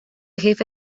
jefe